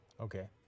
Okay